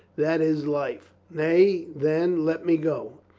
that is life. nay, then, let me go,